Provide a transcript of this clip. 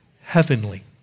heavenly